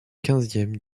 quinzième